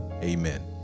Amen